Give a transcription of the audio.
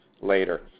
later